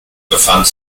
befand